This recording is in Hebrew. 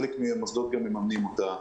חלק מהמוסדות גם מממנים אותה,